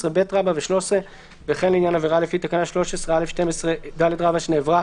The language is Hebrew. (12ב) ו-(13) וכן לעניין עבירה לפי תקנה 13(א)(12ד) שנעברה